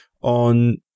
on